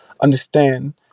understand